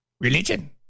Religion